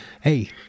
Hey